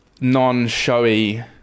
non-showy